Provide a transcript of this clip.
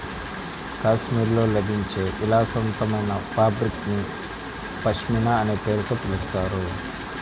కాశ్మీర్లో లభించే విలాసవంతమైన ఫాబ్రిక్ ని పష్మినా అనే పేరుతో పిలుస్తారు